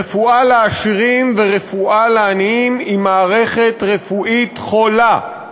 רפואה לעשירים ורפואה לעניים זו מערכת רפואית חולה.